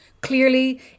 clearly